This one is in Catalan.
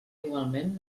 igualment